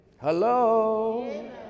Hello